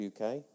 UK